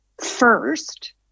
first